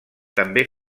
també